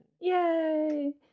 yay